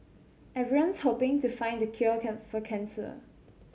everyone's hoping to find the cure can for cancer